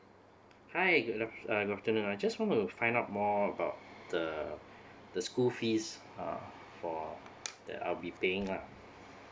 hi good af~ uh good afternoon I just want to find out more about the the school fees uh for the I'll be paying ah